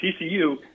TCU